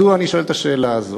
מדוע אני שואל את השאלה הזאת.